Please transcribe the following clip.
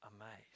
amazed